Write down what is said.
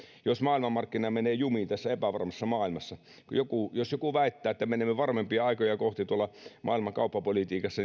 jos maailmanmarkkina menee jumiin tässä epävarmassa maailmassa jos joku väittää että menemme varmempia aikoja kohti tuolla maailman kauppapolitiikassa